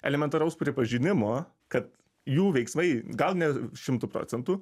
elementaraus pripažinimo kad jų veiksmai gal ne šimtu procentų